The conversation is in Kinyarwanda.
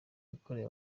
yakorewe